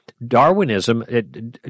Darwinism